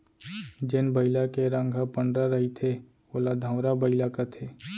जेन बइला के रंग ह पंडरा रहिथे ओला धंवरा बइला कथें